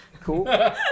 Cool